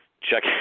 check